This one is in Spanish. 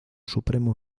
supremo